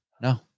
No